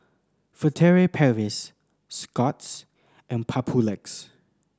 Furtere Paris Scott's and Papulex